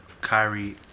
Kyrie